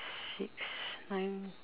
three six nine